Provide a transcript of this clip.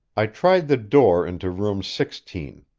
i tried the door into room sixteen.